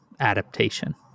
adaptation